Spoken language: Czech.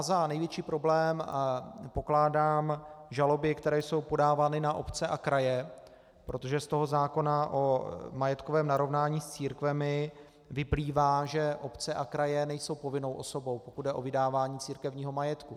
Za největší problém pokládám žaloby, které jsou podávány na obce a kraje, protože ze zákona o majetkovém narovnání s církvemi vyplývá, že obce a kraje nejsou povinnou osobou, pokud jde o vydávání církevního majetku.